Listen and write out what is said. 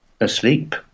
asleep